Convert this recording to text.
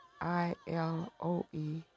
I-L-O-E